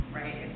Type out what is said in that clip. right